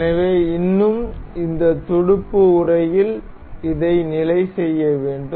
எனவே இன்னும் இந்த துடுப்பு உறையில் இதை நிலைசெய்ய வேண்டும்